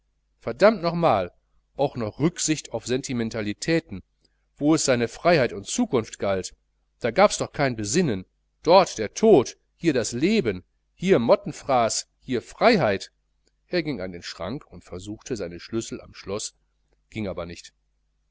verdammt nochmal auch noch rücksicht auf sentimentalitäten wo es seine freiheit und zukunft galt da gabs doch kein besinnen dort der tod hier das leben hie mottenfraß hie freiheit er ging an den schrank und versuchte seine schlüssel am schloß ging nicht